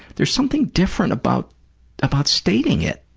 there's something different about about stating it.